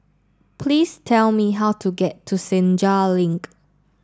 please tell me how to get to Senja Link